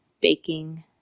baking